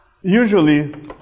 usually